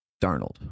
Darnold